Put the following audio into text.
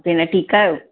भेण ठीकु आहियो